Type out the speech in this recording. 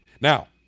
Now